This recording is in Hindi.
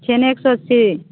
छेने एक सौ अस्सी